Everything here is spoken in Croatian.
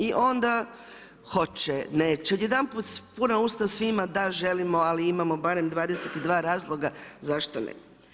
I onda hoće, neće, i odjedanput puna usta svima, da želimo, ali imamo barem 22 razloga zašto ne.